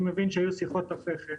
אני מבין שהיו שיחות אחרי כן,